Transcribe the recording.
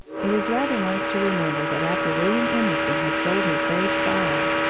it is rather nice to remember that after william emerson had sold his bass viol,